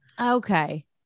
Okay